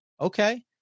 Okay